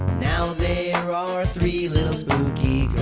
now there are ah are three little spooky